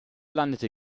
landete